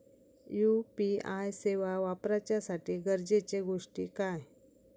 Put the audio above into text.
UPI सेवा वापराच्यासाठी गरजेचे गोष्टी काय?